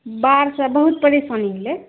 बाढ़सँ बहुत परेशानी भेलै